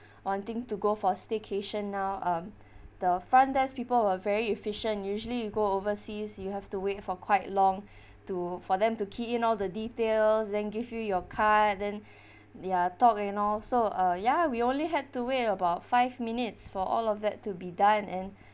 wanting to go for a staycation now um the front desk people were very efficient usually you go overseas you have to wait for quite long to for them to key in all the details then give you your card then ya talkand all so uh ya we only had to wait about five minutes for all of that to be done and